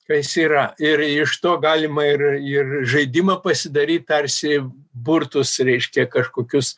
kas yra ir iš to galima ir ir žaidimą pasidaryt tarsi burtus reiškia kažkokius